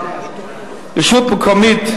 רשות מקומית,